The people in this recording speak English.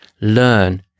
learn